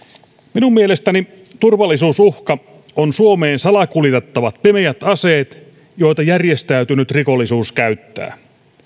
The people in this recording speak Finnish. minun mielestäni turvallisuusuhka on suomeen salakuljetettavat pimeät aseet joita järjestäytynyt rikollisuus käyttää